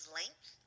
length